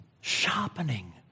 sharpening